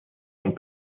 und